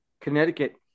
Connecticut